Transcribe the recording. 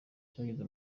cyageze